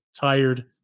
tired